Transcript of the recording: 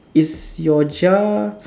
is your jar